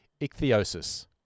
ichthyosis